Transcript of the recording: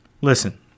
Listen